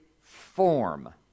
form